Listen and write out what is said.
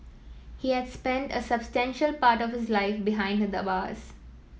he had spent a substantial part of his life behind the bars